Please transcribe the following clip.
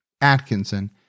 Atkinson